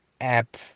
app